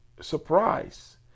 surprise